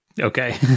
Okay